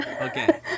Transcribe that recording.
Okay